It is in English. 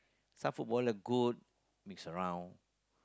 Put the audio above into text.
some footballer good mix around